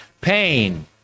pain